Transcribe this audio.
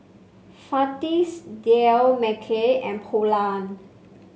Fajitas Dal Makhani and Pulao